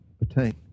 attain